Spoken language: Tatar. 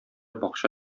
бакча